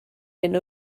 hyn